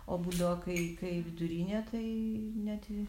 o būdavo kai kai vidurinė tai net i